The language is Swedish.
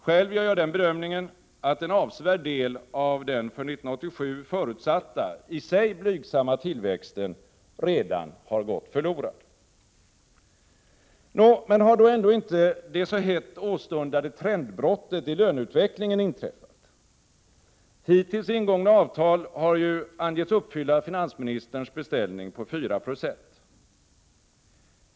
Själv gör jag den bedömningen att en avsevärd del av den för 1987 förutsatta, i sig blygsamma, tillväxten redan har gått förlorad. Nå, men har då ändå inte det så hett åstundade trendbrottet i löneutvecklingen inträffat? Hittills ingångna avtal har ju angetts uppfylla finansministerns beställning på 4 26.